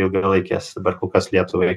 ilgalaikės dabar kol kas lietuvai